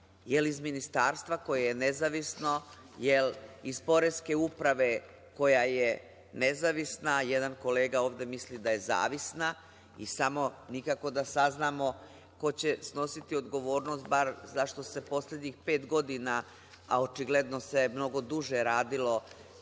jel iz ministarstva koje je nezavisno, jel iz poreske uprave, koja je nezavisna? Jedan kolega ovde misli da je zavisna. Samo, nikako da saznamo ko će snositi odgovornost bar zašto se poslednjih pet godina, a očigledno se mnogo duže radilo